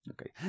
okay